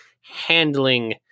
handling